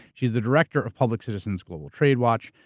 she's the director of public citizens global trade watch.